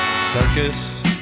Circus